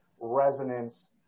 resonance